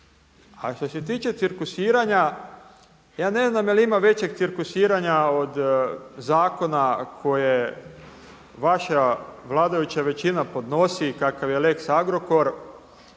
A što se tiče cirkusiranja, ja ne znam jel ima većeg cirkusiranja od zakona koje vaša vladajuća većina podnosi kakav je lex Agrokor,